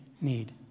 need